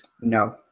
No